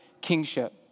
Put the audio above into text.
kingship